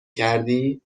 کردی